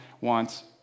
wants